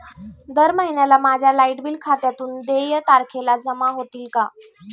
दर महिन्याला माझ्या लाइट बिल खात्यातून देय तारखेला जमा होतील का?